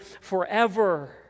forever